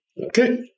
Okay